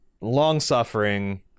Long-suffering